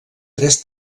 tres